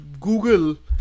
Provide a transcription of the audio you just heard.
Google